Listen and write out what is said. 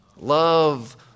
love